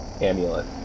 amulet